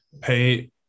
pay